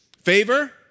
Favor